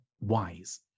wise